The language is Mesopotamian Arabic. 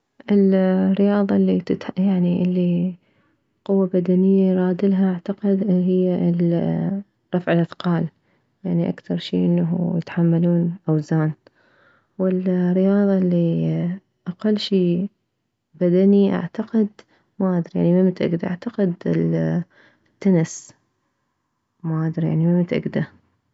الرياضة يعني الي قوة بدنية ينرادلها اعتقد هي الرفع الاثقال يعني اكثر شي انه يتحملون اوزان والرياضة الي اقل شي بدنية اعتقد ما ادري يعني ممتاكدة اعتقد التنس ما ادري يعني ممتاكدة